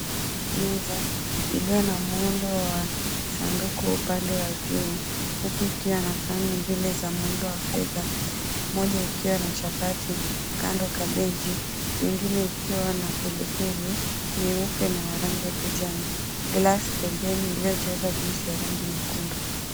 Meza iliyo na muundo wa kisanduku upande wa juu huku ikiwa na sahani zile za muundo wa fedha. Moja ikiwa na chapati, kando kabeji, ingine ikiwa na pilipili nyeupe, na ya rangi ya kijani. glass pembeni iliyojazwa juice ya rangi nyekundu.